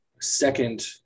second